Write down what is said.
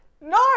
No